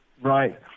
Right